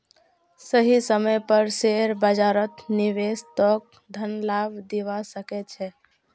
सही समय पर शेयर बाजारत निवेश तोक धन लाभ दिवा सके छे